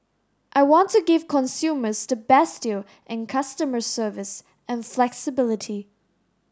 I want to give consumers the best deal and customer service and flexibility